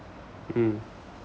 mm